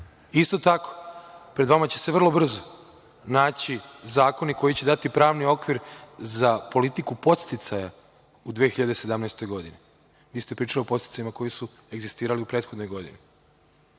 više. Isto tako, pred vama će se vrlo brzo naći zakoni koji će dati pravni okvir za politiku podsticaja u 2017. godini. Vi ste pričali o podsticajima koji su egzistirali u prethodnoj godini.